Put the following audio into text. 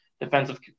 defensive